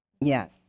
Yes